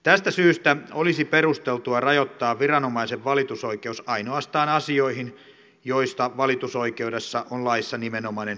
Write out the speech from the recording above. tästä syystä olisi perusteltua rajoittaa viranomaisen valitusoikeus ainoastaan asioihin joissa valitusoikeudesta on laissa nimenomainen erityissäännös